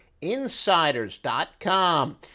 insiders.com